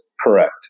Correct